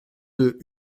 deux